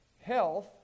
Health